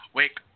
Wake